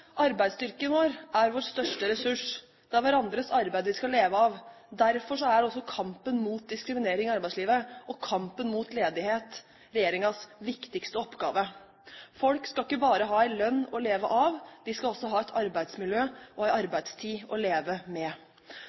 Arbeidsstyrken vår er vår største ressurs. Det er hverandres arbeid vi skal leve av. Derfor er også kampen mot diskriminering i arbeidslivet og kampen mot ledighet regjeringens viktigste oppgave. Folk skal ikke bare ha en lønn å leve av, de skal også ha et arbeidsmiljø og en arbeidstid å leve med.